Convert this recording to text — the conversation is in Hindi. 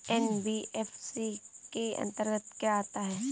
एन.बी.एफ.सी के अंतर्गत क्या आता है?